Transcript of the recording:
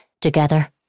Together